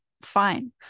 fine